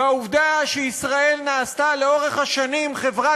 והעובדה שישראל נעשתה לאורך השנים חברה